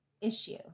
issue